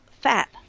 fat